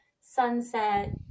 sunset